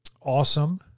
awesome